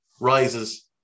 rises